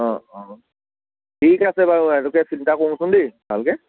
অ অ ঠিক আছে বাৰু এওঁলোকে চিন্তা কৰোঁচোন দেই ভালকৈ